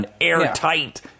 airtight